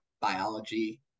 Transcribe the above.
biology